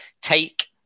take